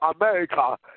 America